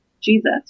Jesus